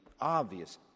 obvious